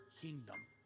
kingdom